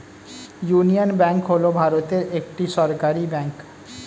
union bank হল ভারতের একটি সরকারি ব্যাঙ্ক